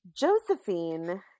Josephine